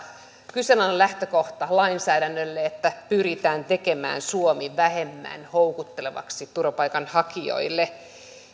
kyseenalainen lähtökohta lainsäädännölle että pyritään tekemään suomi vähemmän houkuttelevaksi turvapaikanhakijoille